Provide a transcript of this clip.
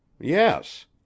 Yes